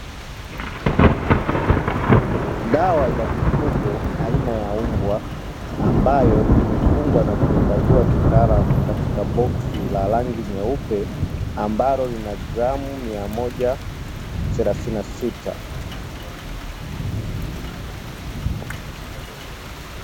Dawa za mifugo aina ya mbwa ambayo imefungwa na kuhifadhiwa kitaalamu katika boksi la rangi nyeupe, ambalo lina gramu mia Moja thelathini na sita.